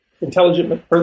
intelligent